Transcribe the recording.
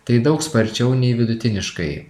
tai daug sparčiau nei vidutiniškai